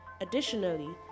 Additionally